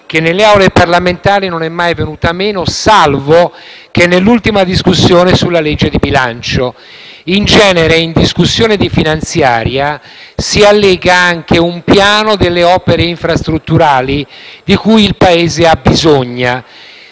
che nelle Aule parlamentari non è mai venuta meno, salvo che nell'ultima discussione sulla legge di bilancio. In genere, in sede di discussione sulla manovra finanziaria, si allega anche un piano delle opere infrastrutturali di cui il Paese abbisogna.